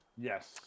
Yes